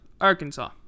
Arkansas